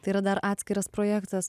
tai yra dar atskiras projektas